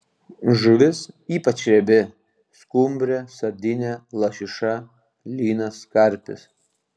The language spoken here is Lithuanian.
žuvis ypač riebi skumbrė sardinė lašiša lynas karpis